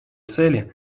цели